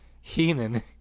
Heenan